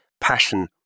Passion